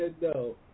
No